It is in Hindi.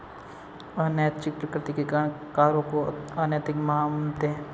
अनैच्छिक प्रकृति के कारण करों को अनैतिक मानते हैं